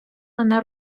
мене